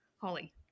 Holly